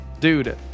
Dude